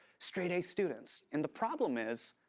straight-a students and the problem is.